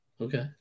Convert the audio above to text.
Okay